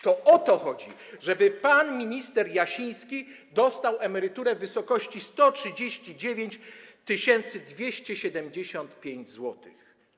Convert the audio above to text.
To o to chodzi: żeby pan minister Jasiński dostał emeryturę w wysokości 139 275 zł.